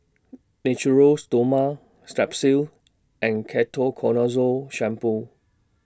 Natura Stoma Strepsils and Ketoconazole Shampoo